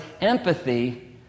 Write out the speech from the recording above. empathy